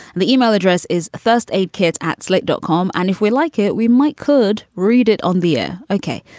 the e-mail address is first aid kit at slate dot com. and if we like it, we might could read it on the air. okay.